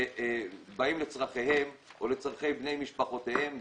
שבאים לצורכיהם או לצורכי בני משפחותיהם,